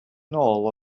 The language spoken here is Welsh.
nôl